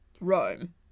Rome